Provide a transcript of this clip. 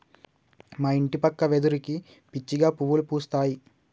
మా ఇంటి పక్క వెదురుకి పిచ్చిగా పువ్వులు పూస్తాయి